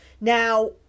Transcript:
Now